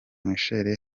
michel